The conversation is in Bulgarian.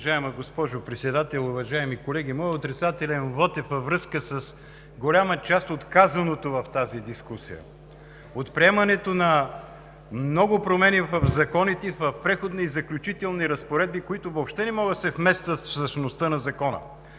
Уважаема госпожо Председател, уважаеми колеги! Моят отрицателен вот е във връзка с голяма част от казаното в тази дискусия и от приемането на много промени в законите, в преходните и заключителни разпоредби, които въобще не могат да се вместят в същността на Закона.